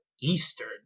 Eastern